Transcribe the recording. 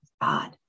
God